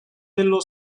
dello